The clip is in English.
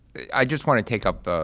i just want to take up,